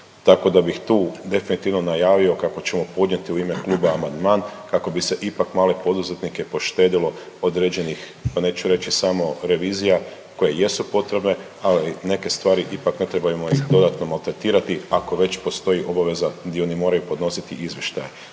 tako da bih tu definitivno najavio kako ćemo podnijeti u ime kluba amandman kako bi se ipak male poduzetnike poštedilo određenih neću reći samo revizija koje jesu potrebne, ali neke stvari ipak ne trebamo ih dodatno maltretirati ako već postoji obaveza di oni moraju podnositi izvještaje,